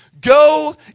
go